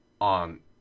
on